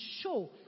show